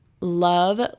love